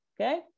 okay